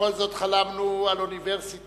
ובכל זאת חלמנו על אוניברסיטה,